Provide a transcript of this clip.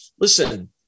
Listen